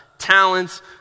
Talents